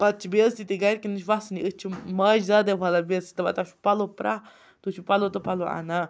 پَتہٕ چھِ بےٚ عزتی تہِ گَرکٮ۪ن نِش وَسنٕے أتھۍ چھِ ماجہِ زیادَے والان بےٚ عزتہٕ دپان تۄہہِ چھُو پَلَو پرٛاہ تُہۍ چھُو پَلَو تہٕ پَلَو اَنان